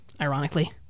ironically